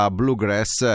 bluegrass